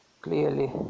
clearly